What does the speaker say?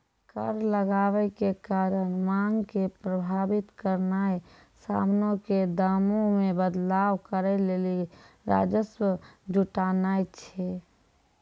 कर लगाबै के कारण मांग के प्रभावित करनाय समानो के दामो मे बदलाव करै लेली राजस्व जुटानाय छै